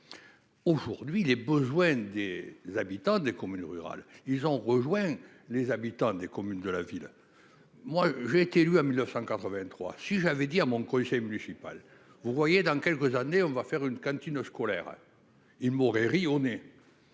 aujourd'hui, les besoins des habitants des communes rurales, ils ont rejoint les habitants des communes de la ville, moi j'ai été élu en 1983 si j'avais dit à mon congé municipale, vous voyez, dans quelques années on va faire une cantine scolaire, ils m'auraient ri au nez